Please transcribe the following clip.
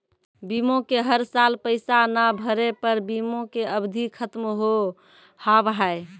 बीमा के हर साल पैसा ना भरे पर बीमा के अवधि खत्म हो हाव हाय?